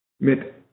met